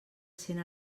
cent